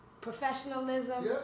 professionalism